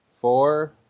four